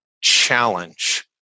challenge